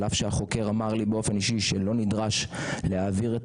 על אף שהחוקר אמר לי באופן אישי שלא נדרש להעביר את